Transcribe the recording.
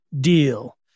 deal